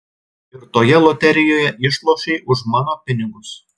ir toje loterijoje išlošei už mano pinigus